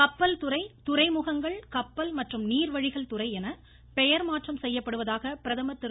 கப்பல் துறை துறைமுகங்கள் கப்பல் மற்றும் நீர்வழிகள் துறை என பெயர் மாற்றம் செய்யப்படுவதாக பிரதமர் திரு